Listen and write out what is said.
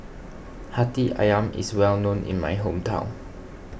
Hati Ayam is well known in my hometown